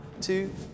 two